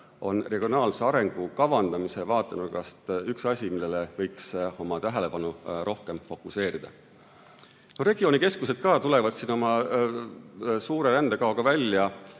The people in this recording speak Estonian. on regionaalse arengu kavandamise vaatenurgast üks asi, millele võiks oma tähelepanu rohkem fookustada. Regioonikeskused ka tulevad siin oma suure rändekaoga välja.